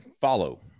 follow